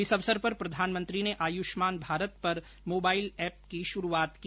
इस अर्वसर पर प्रधानमंत्री ने आयुष्मान भारत पर मोबाइल एप की शुरूआत की